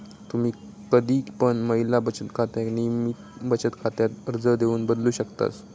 तुम्ही कधी पण महिला बचत खात्याक नियमित बचत खात्यात अर्ज देऊन बदलू शकतास